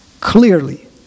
Clearly